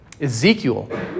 Ezekiel